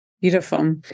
Beautiful